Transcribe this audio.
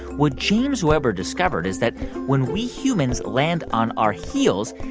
what james webber discovered is that when we humans land on our heels,